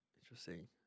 Interesting